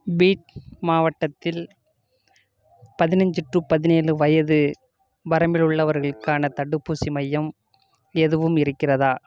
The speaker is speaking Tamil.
பீட் மாவட்டத்தில் பதினைஞ்சு டு பதினேழு வயது வரம்பில் உள்ளவர்களுக்கான தடுப்பூசி மையம் எதுவும் இருக்கிறதா